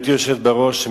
גברתי היושבת בראש,